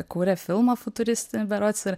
kūrė filmą futuristinį berods ir